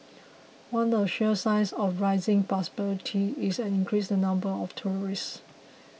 one of the sure signs of rising prosperity is an increase in the number of tourists